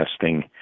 testing